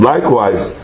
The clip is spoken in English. Likewise